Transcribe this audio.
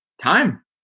Time